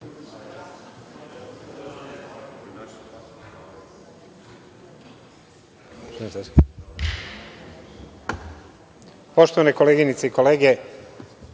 Poštovane koleginice i kolege,